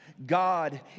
God